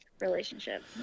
relationship